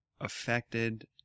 affected